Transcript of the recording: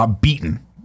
beaten